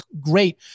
great